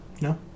No